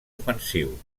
ofensiu